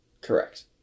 correct